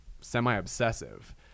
Semi-obsessive